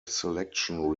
selection